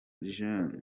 jeunesse